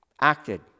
acted